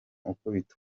ukubita